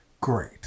great